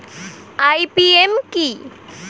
IPM কি?